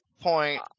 point